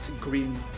green